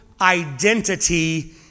identity